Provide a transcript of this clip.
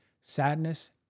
sadness